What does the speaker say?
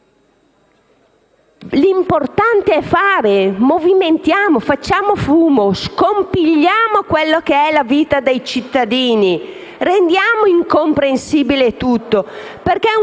L'importante è fare: movimentiamo, facciamo fumo, scompigliamo la vita dei cittadini, rendiamo incomprensibile tutto.